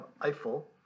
Eiffel